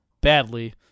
badly